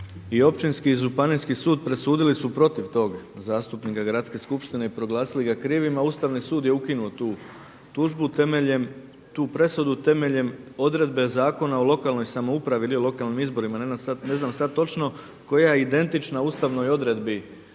i Općinski i Županijski sud presudili su protiv toga zastupnika Gradske skupštine i proglasili ga krivim, a Ustavni sud je ukinuo tu tužbu temeljem, tu presudu temeljem odredbe Zakona o lokalnoj samoupravi ili lokalnim izborima ne znam sad točno koja je identična ustavnoj odredbi